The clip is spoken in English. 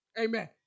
Amen